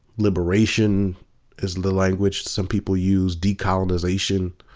liberation is the language some people use, decolonization,